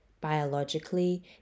Biologically